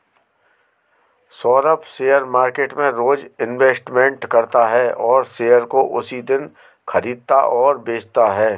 Saurabh share market में रोज investment करता है और शेयर को उसी दिन खरीदता और बेचता है